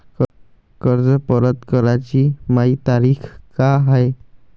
कर्ज परत कराची मायी तारीख का हाय?